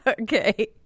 Okay